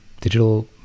digital